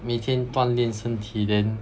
每天锻炼身体 then